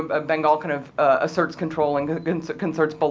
um bengal kind of asserts control, and concerts but